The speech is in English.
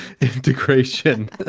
integration